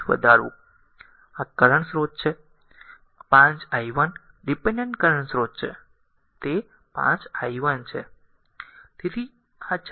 5 વધારવું આ કરંટ સ્રોત છે 5 i 1 ડીપેન્ડેન્ટ કરંટ સ્રોત છે તે5 i 1 છે